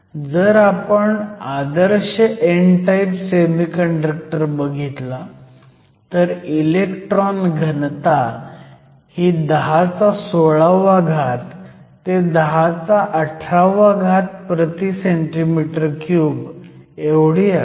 जर आपण आदर्श n टाईप सेमीकंडक्टर बघितला तर इलेक्ट्रॉन घनता ही 1016 ते 1018 cm 3 असते